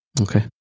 Okay